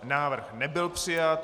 Návrh nebyl přijat.